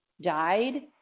died